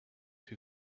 who